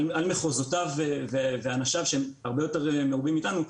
מחוזותיו ואנשיו שהם הרבה יותר רבים מאיתנו.